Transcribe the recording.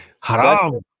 Haram